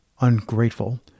ungrateful